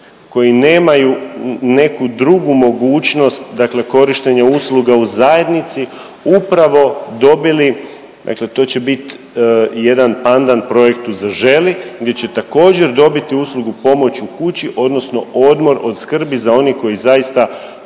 koji nemaju neku drugu mogućnost dakle korištenja usluga u zajednici upravo dobili, dakle to će biti jedan pandan projektu Zaželi, gdje će također dobiti uslugu pomoći u kući odnosno odmor od skrbi za onih koji zaista